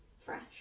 fresh